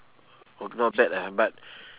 oh not bad ah but